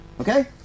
Okay